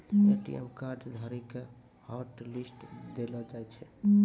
ATM card धारी के hotlist देलो जाय छै